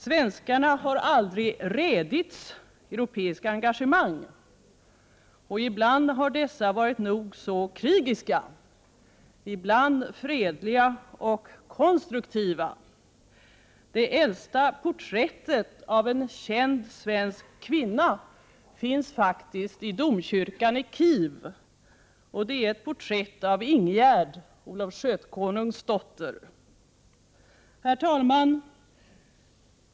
Svenskarna har aldrig rädits europeiska engagemang. Ibland har dessa varit nog så krigiska, ibland fredliga och konstruktiva. Det äldsta porträttet av en känd svensk kvinna finns faktiskt i domkyrkan i Kiev. Det är ett porträtt av Ingegerd, Olof Skötkonungs dotter. Herr talman!